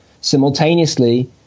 simultaneously